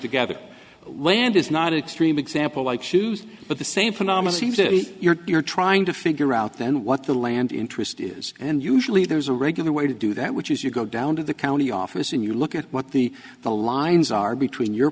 together land is not extreme example like shoes but the same phenomena if you're trying to figure out then what the land interest is and usually there's a regular way to do that which is you go down to the county office and you look at what the the lines are between your